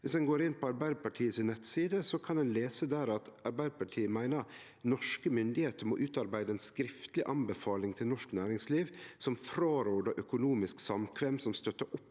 Viss ein går inn på Arbeidarpartiet si nettside, kan ein lese at Arbeidarpartiet meiner norske myndigheiter må utarbeide ei skriftleg anbefaling til norsk næringsliv som frårår økonomisk samkvem som støttar opp